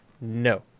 no